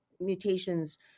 mutations